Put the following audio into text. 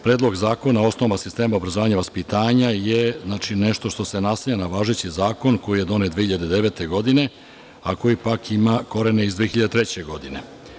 Predlog zakona o osnovama sistema obrazovanja i vaspitanja je nešto što se nastavlja na važeći zakon, koji je donet 2009. godine, a koji pak ima korene iz 2003. godine.